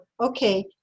okay